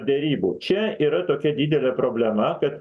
derybų čia yra tokia didelė problema kad